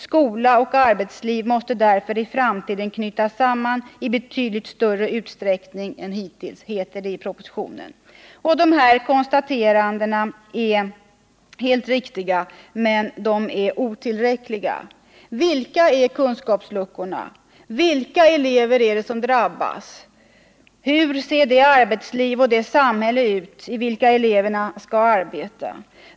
Skola och arbetsliv måste därför i framtiden knytas samman i betydligt större utsträckning än ——-— hittills”. Dessa konstateranden är helt riktiga, men de är otillräckliga. Vilka är kunskapsluckorna? Vilka elever är det som drabbas? Hur ser det arbetsliv och det samhälle ut där eleverna skall arbeta?